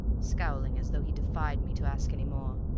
scowling as though he defied me to ask any more.